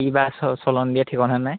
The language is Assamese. কিবা চ চলন দিয়ে ঠিকনা নাই